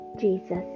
Jesus